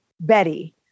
Betty